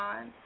on